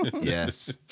Yes